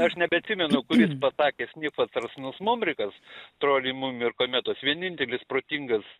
aš nebeatsimenu kuris pasakė snifas ar snusmumrikas troliai mumiai ir kometos vienintelis protingas